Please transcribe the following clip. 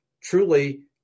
truly